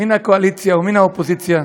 מן הקואליציה ומן האופוזיציה,